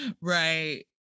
right